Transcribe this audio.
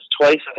twice